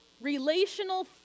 relational